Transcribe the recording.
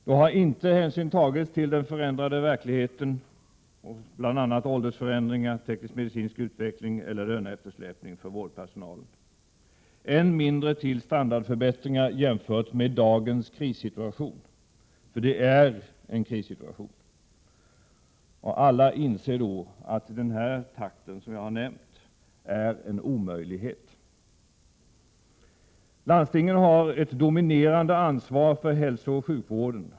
Då har inte hänsyn tagits till den förändrade verkligheten — bl.a. åldersförändringar, teknisk-medicinsk utveckling eller löneeftersläpning för vårdpersonalen — än mindre till standardförbättringar jämfört med dagens krissituation, för det är en krissituation! Alla inser att detta är en omöjlighet! Landstingen har ett dominerande ansvar för hälsooch sjukvården.